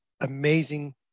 amazing